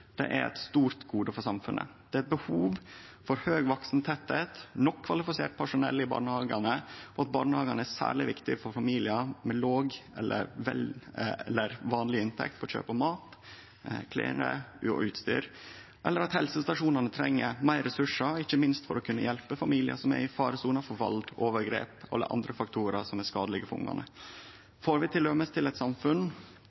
det er eit stort gode for samfunnet. Det er eit behov for høg vaksentettleik og nok kvalifisert personell i barnehagane, og barnehagane er særleg viktig for familiar med låg eller vanleg inntekt for kjøp av mat, klede og ustyr, og helsestasjonane treng meir ressursar ikkje minst for å kunne hjelpe familiar som er i faresona for vald og overgrep eller andre faktorar som er skadelege